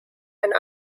and